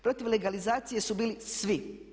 Protiv legalizacije su bili svi.